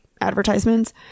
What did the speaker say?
advertisements